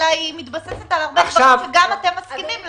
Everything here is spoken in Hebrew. היא מתבססת על הרבה דברים שאתם מסכימים להם.